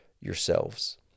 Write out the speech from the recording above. yourselves